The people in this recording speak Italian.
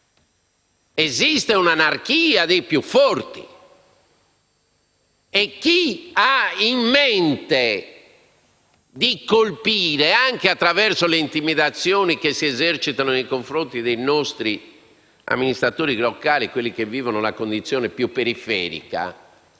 Esiste un'anarchia dei più forti. E chi ha in mente di colpire la funzione politica, anche attraverso le intimidazioni che si esercitano nei confronti dei nostri amministratori locali (quelli che vivono la condizione più periferica),